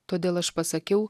todėl aš pasakiau